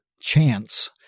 chance